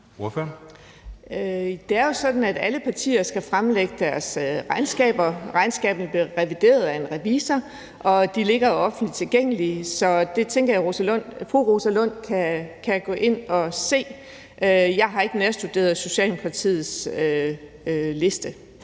Det er jo sådan, at alle partier skal fremlægge deres regnskaber. Regnskaberne bliver revideret af en revisor, og de ligger offentligt tilgængeligt. Så det tænker jeg at fru Rosa Lund kan gå ind at se. Jeg har ikke nærstuderet Socialdemokratiets liste